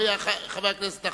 אחמד טיבי,